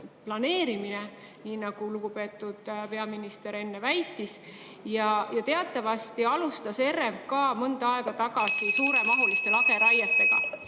planeerimine, nii nagu lugupeetud peaminister enne väitis. Teatavasti alustas RMK mõnda aega tagasi (Juhataja helistab kella.)